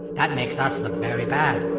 that makes us look very bad.